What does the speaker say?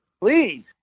please